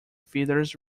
feathers